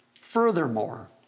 furthermore